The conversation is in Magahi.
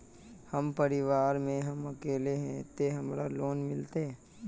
हम परिवार में हम अकेले है ते हमरा लोन मिलते?